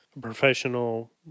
professional